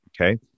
okay